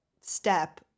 step